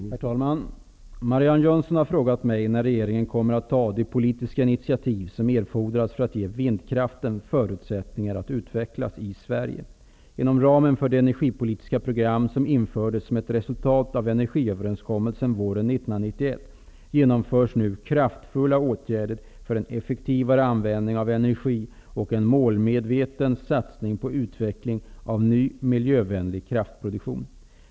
Herr talman! Marianne Jönsson har frågat mig när regeringen kommer att ta de politiska initativ som erfordras för att ge vindkraften förutsättningar att utvecklas i Sverige. Inom ramen för de energipolitiska program som infördes som ett resultat av energiöverenskommelsen våren 1991 genomförs nu kraftfulla åtgärder för en effektivare användning av energi och en målmedveten satsning på utveckling av ny miljövänlig kraftproduktion.